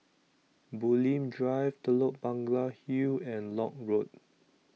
Bulim Drive Telok Blangah Hill and Lock Road